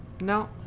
No